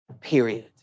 Period